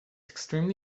extremely